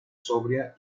sobria